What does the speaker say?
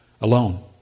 alone